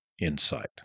insight